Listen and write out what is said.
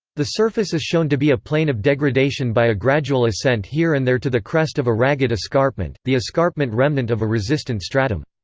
the surface is shown to be a plain of degradation by a gradual ascent here and there to the crest of a ragged escarpment, the escarpment-remnant of a resistant stratum.